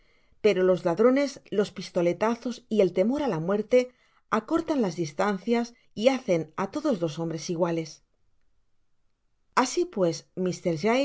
pero los ladrones los pistoletazos y el temor á la muerte acortan las distancias y hacen á todos los hombres iguales asi pues